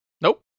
Nope